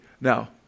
now